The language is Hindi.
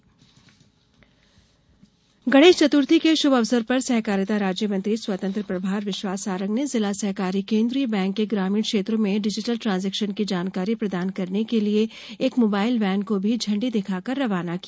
एटीएम गणेश चत्र्थी के शुभ अवसर पर सहकारिता राज्य मंत्री स्वतंत्र प्रभार विश्वास सारंग ने जिला सहकारी केंद्रीय बैंक के ग्रामीण क्षेत्रों में डिजिटल ट्रांजेक्शन की जानकारी प्रदान करने के लिए एक मोबाइल वेन को भी झंडी दिखकर रवाना किया